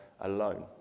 alone